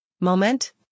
moment